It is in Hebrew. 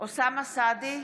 אוסאמה סעדי,